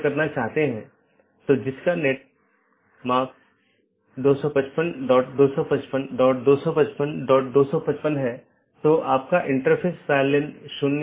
इसलिए एक path vector में मार्ग को स्थानांतरित किए गए डोमेन या कॉन्फ़िगरेशन के संदर्भ में व्यक्त किया जाता है